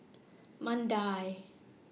Mandai